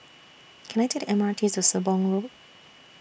Can I Take M R T to Sembong Road